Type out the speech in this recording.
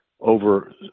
over